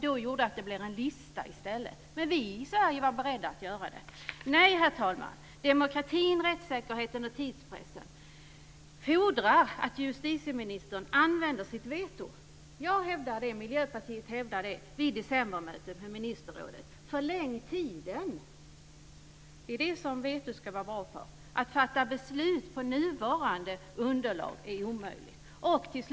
Det gjorde att det blev en lista i stället, men vi i Sverige var beredda att göra det. Nej, herr talman, demokratin, rättssäkerheten och tidspressen fordrar att justitieministern använder sitt veto vid decembermötet med ministerrådet. Jag och Miljöpartiet hävdar det. Förläng tiden! Det är detta som vetot ska vara bra för. Att fatta beslut på nuvarande underlag är omöjligt. Herr talman!